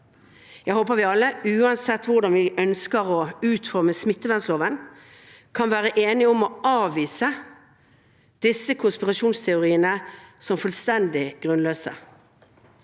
Jeg håper vi alle, uansett hvordan vi ønsker å utforme smittevernloven, kan være enige om å avvise disse konspirasjonsteoriene som fullstendig grunnløse.